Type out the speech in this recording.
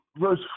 verse